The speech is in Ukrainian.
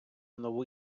нову